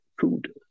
food